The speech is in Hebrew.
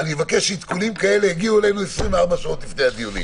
אני מבקש שעדכונים כאלה יגיעו אלינו 24 שעות לפני הדיון.